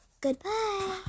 Goodbye